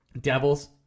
Devils